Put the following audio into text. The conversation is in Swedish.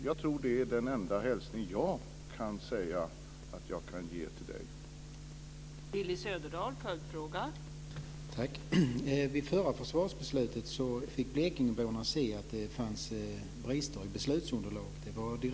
Jag tror att det är den enda hälsning jag kan säga att jag kan ge till Willy Söderdahl.